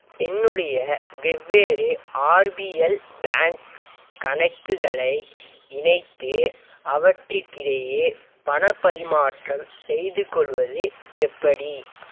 என்னுடைய வெவ்வேறு RBL Bank கணக்குகளை இணைத்து அவற்றிற்கிடையே பணப் பரிமாற்றம் செய்துக்கொள்வது எப்படி